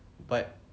but